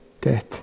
death